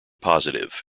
positive